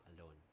alone